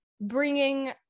bringing